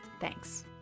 Thanks